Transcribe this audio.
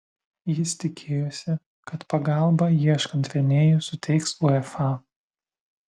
jis tikėjosi kad pagalbą ieškant rėmėjų suteiks uefa